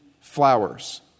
flowers